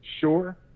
Sure